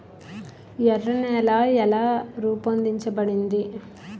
ఎర్ర నేల ఎలా రూపొందించబడింది?